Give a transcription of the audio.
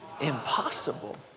Impossible